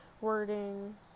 wording